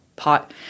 pot